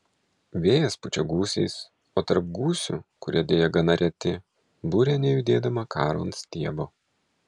vėjas pučia gūsiais o tarp gūsių kurie deja gana reti burė nejudėdama karo ant stiebo